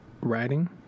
writing